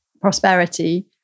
prosperity